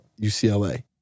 UCLA